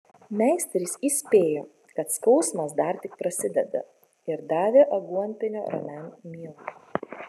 meisteris įspėjo kad skausmas dar tik prasideda ir davė aguonpienio ramiam miegui